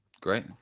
Great